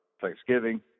Thanksgiving